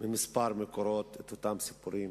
בכמה מקורות את אותם סיפורים,